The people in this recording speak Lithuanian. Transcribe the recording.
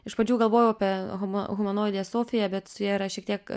iš pradžių galvojau apie huma humanoidę sofiją bet su ja yra šiek tiek